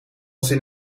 zin